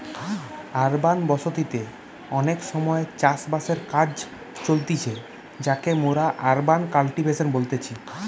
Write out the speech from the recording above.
urban বসতি তে অনেক সময় চাষ বাসের কাজ চলতিছে যাকে মোরা আরবান কাল্টিভেশন বলতেছি